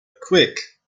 quick